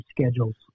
Schedules